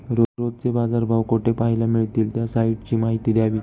रोजचे बाजारभाव कोठे पहायला मिळतील? त्या साईटची माहिती द्यावी